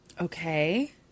Okay